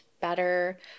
better